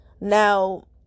now